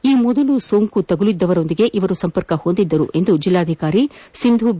ಈ ಮೊದಲು ಸೋಂಕು ತಗುಲಿದ್ದವರೊಂದಿಗೆ ಇವರು ಸಂಪರ್ಕ ಹೊಂದಿದ್ದರು ಎಂದು ಜಿಲ್ಲಾಧಿಕಾರಿ ಸಿಂಧೂ ಬಿ